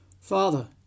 Father